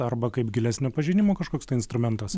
arba kaip gilesnio pažinimo kažkoks tai instrumentas